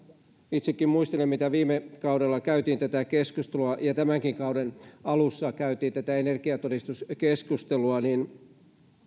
itsekin muistelen miten viime kaudella käytiin tätä keskustelua ja tämänkin kauden alussa käytiin tätä energiatodistuskeskustelua